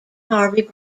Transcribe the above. harvey